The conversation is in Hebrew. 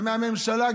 ומהממשלה?